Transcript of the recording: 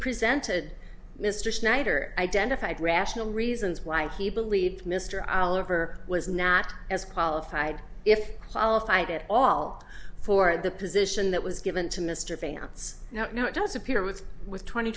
presented mr schneider identified rational reasons why he believed mr oliver was not as qualified if qualified it all for the position that was given to mr vance no it does appear with with twenty